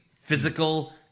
Physical